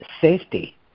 safety